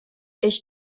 ich